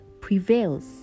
prevails